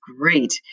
great